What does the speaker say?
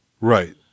Right